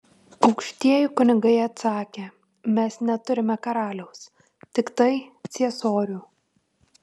aukštieji kunigai atsakė mes neturime karaliaus tiktai ciesorių